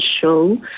show